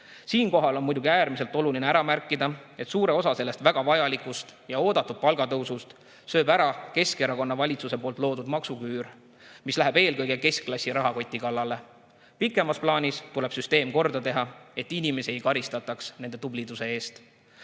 Siinkohal on muidugi äärmiselt oluline ära märkida, et suure osa sellest väga vajalikust ja oodatud palgatõusust sööb ära Keskerakonna valitsuse poolt loodud maksuküür, mis läheb eelkõige keskklassi rahakoti kallale. Pikemas plaanis tuleb süsteem korda teha, et inimesi ei karistataks nende tubliduse eest.